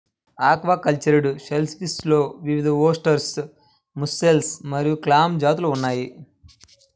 aquacultured షెల్ఫిష్లో వివిధఓస్టెర్, mussel మరియు క్లామ్ జాతులు ఉన్నాయి